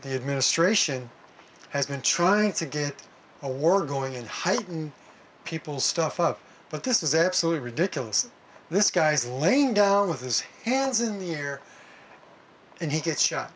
the administration has been trying to get a war going and heighten people stuff up but this is absolutely ridiculous this guy's laying down with his hands in the air and he gets shot